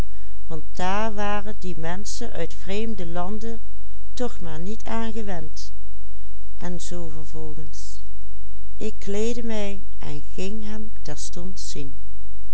en zoo vervolgens ik kleedde mij en ging hem terstond zien